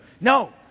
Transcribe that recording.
No